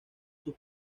sus